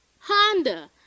Honda